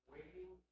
Waiting